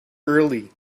early